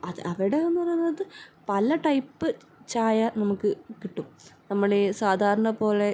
അത് അവിടെ എങ്ങനെ എന്നത് പല ടൈപ്പ് ചായ നമുക്ക് കിട്ടും നമ്മളീ സാധാരണ പോലെ